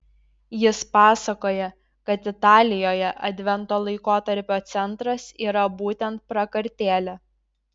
jis pasakoja kad italijoje advento laikotarpio centras yra būtent prakartėlė